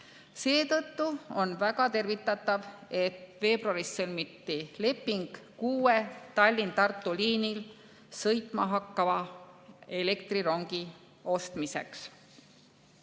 Seetõttu on väga tervitatav, et veebruaris sõlmiti leping kuue Tallinna–Tartu liinil sõitma hakkava elektrirongi ostmiseks.